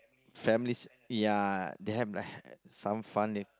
families ya they have uh like some fun in